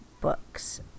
books